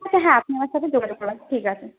হ্যাঁ আপনি আমার সাথে যোগাযোগ করে নেবেন ঠিক আছে